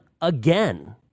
again